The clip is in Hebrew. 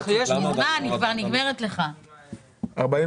אני רוצה להגיד לך דבר תורה.